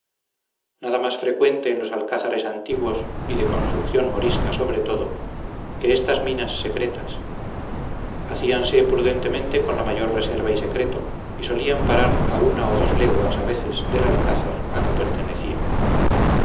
nada más frecuente en los alcázares antiguos y de construcción morisca sobre todo que estas minas secretas hacíanse prudentemente con la mayor reserva y secreto y solían parar a una o dos leguas a veces del alcázar a que pertenecían